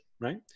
right